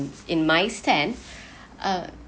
in my stand uh